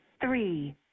Three